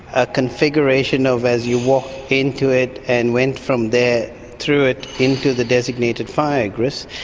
a configuration of as you walked into it and went from there through it into the designated fire egress,